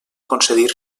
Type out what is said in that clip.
concedir